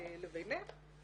לבינך,